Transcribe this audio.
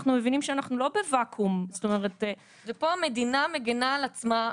אנחנו מבינים שאנחנו לא בוואקום ופה המדינה מגנה על עצמה,